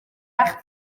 bach